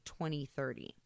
2030